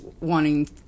wanting